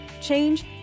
change